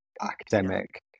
academic